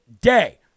day